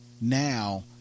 now